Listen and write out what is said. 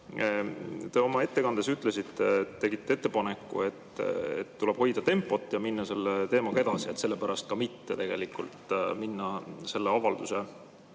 Te oma ettekandes ütlesite, tegite ettepaneku, et tuleb hoida tempot ja minna selle teemaga edasi ja sellepärast ka mitte minna selle avalduse